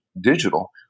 digital